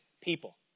people